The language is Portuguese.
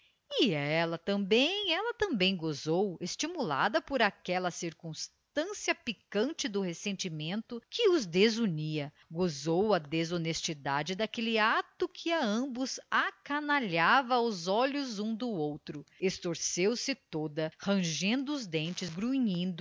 e ela também ela também gozou estimulada por aquela circunstância picante do ressentimento que os desunia gozou a desonestidade daquele ato que a ambos acanalhava aos olhos um do outro estorceu se toda rangendo os dentes